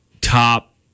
top